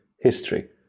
history